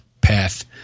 path